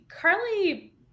carly